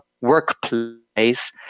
workplace